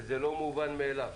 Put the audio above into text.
וזה לא מובן מאליו,